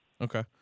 Okay